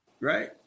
Right